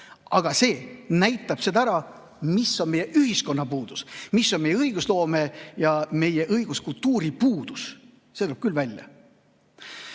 Aga see näitab ära, mis on meie ühiskonna puudus. Mis on meie õigusloome ja meie õiguskultuuri puudus, see tuleb küll välja.